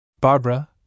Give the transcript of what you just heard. Barbara